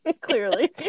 Clearly